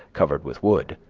covered with wood,